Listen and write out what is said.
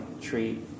treat